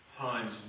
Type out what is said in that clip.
times